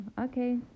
okay